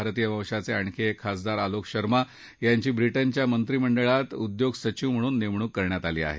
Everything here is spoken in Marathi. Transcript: भारतीय वंशाचे आणखी एक खासदार अलोक शर्मा यांची ब्रिटनच्या मंत्रिमंडळात उद्योग सचिव म्हणून नेमणूक करण्यात आली आहे